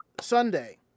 Sunday